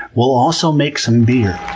we'll also make some beer.